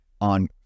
on